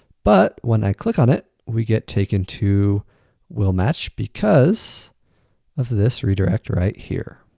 but when i click on it, we get taken to will-match because of this redirect right here.